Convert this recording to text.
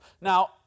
Now